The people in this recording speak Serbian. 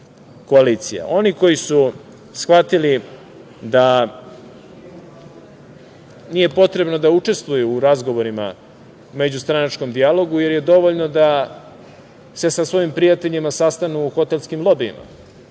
koalicija. Oni koji su shvatili da nije potrebno da učestvuju u razgovorima i međustranačkom dijalogu jer je dovoljno da se sa svojim prijateljima sastanu u hotelskim lobijima,